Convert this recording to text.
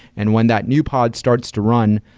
and when that new pod starts to run,